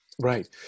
Right